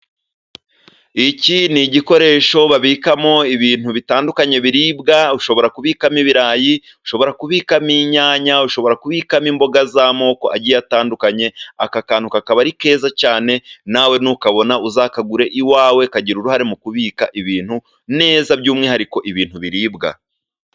Iki ni igikoresho babikamo ibintu bitandukanye biribwa, ushobora kubikamo ibirayi, ushobora kubikamo inyanya, ushobora kubikamo imboga z'amoko agiye atandukanye. Aka kantu kakaba ari keza cyane, nawe nukabona uzakagure iwawe, kagira uruhare mu kubika ibintu neza, by'umwihariko ibintu biribwa.